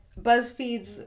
BuzzFeed's